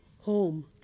Home